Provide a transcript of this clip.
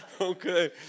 okay